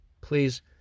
please